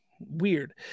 weird